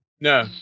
No